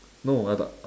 no I do~